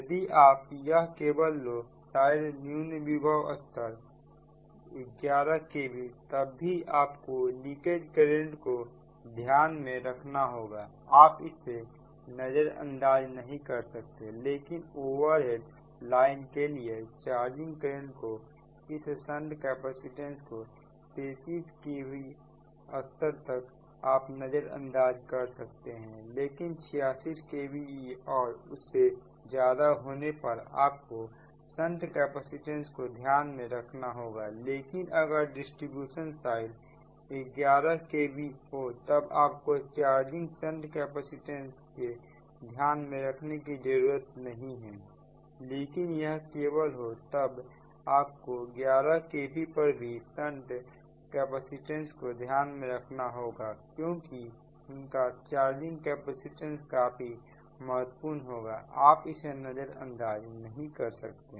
यदि आप यह केबल हो शायद न्यून विभव स्तर 11kv तब भी आपको लीकेज करंट को ध्यान में रखना होगा आप इसे नजरअंदाज नहीं कर सकते लेकिन ओवरहेड लाइन के लिए चार्जिंग करंट को इस संट कैपेसिटेंस को 33kv स्तर तक आप नजरअंदाज कर सकते हैं लेकिन 66kv और उससे ज्यादा होने पर आपको संट कैपेसिटेंस को ध्यान में रखना होगा लेकिन अगर डिस्ट्रीब्यूशन साइड 11kv हो तब आपको चार्जिंग संट कैपेसिटेंस को ध्यान में रखने की कोई जरूरत नहीं है लेकिन यह केबल हो तब आपको 11kv पर भी संट कैपेसिटेंस को ध्यान में रखना होगा क्योंकि उनका चार्जिंग कैपेसिटेंस काफी महत्वपूर्ण होगा आप उसे नजरअंदाज नहीं कर सकते